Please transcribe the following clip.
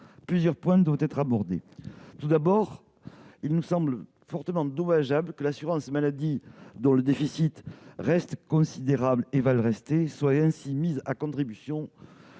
Plusieurs points méritent d'être abordés. Tout d'abord, il nous semble fortement dommageable que l'assurance maladie, dont le déficit est toujours considérable et promis à le rester, soit ainsi mise à contribution